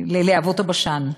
ללהבות-הבשן,